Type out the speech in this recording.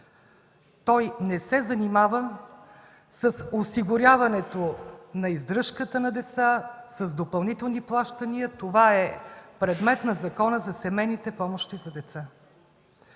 Той не се занимава с осигуряването на издръжката на деца, с допълнителни плащания. Това е предмет на Закона за семейните помощи за деца.